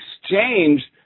exchange